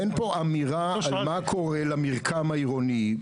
אין פה אמירה על מה קורה למרקם העירוני,